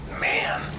Man